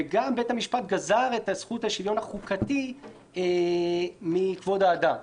וגם בית המשפט גזר את זכות השוויון החוקתי מכבוד האדם.